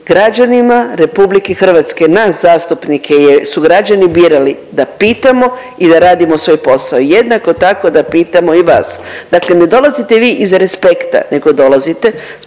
građanima Republike Hrvatske. Nas zastupnike su građani birali da pitamo i da radimo svoj posao, jednako tako da pitamo i vas. Dakle, ne dolazite vi iz respekta, nego dolazite